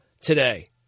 today